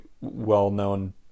well-known